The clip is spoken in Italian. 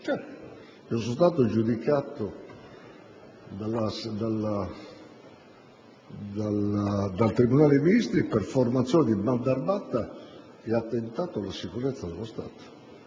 Certo, sono stato giudicato dal Tribunale dei ministri per formazione di banda armata e attentato alla sicurezza dello Stato,